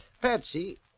Patsy